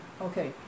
Okay